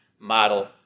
model